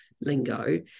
Lingo